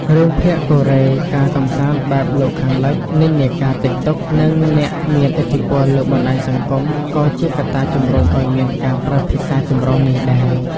រឿងភាគកូរ៉េ ការកម្សាន្តបែបលោកខាងលិច និន្នាការ TikTok និងអ្នកមានឥទ្ធិពលលើបណ្ដាញសង្គមក៏ជាកត្តាជម្រុញឱ្យមានការប្រើភាសាចម្រុះនេះដែរ។